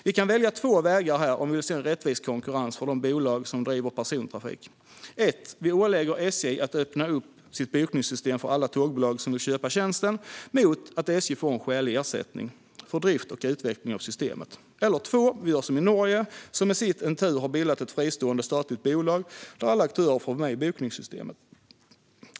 Vi kan välja två vägar här om vi vill se en rättvis konkurrens för de bolag som bedriver persontrafik. Nummer 1 är att vi ålägger SJ att öppna upp sitt bokningssystem för alla tågbolag som vill köpa tjänsten, mot att SJ får en skälig ersättning för drift och utveckling av systemet. Nummer 2 är att vi gör som i Norge, som med sitt Entur har bildat ett fristående statligt bolag där alla aktörer får vara med i bokningssystemet.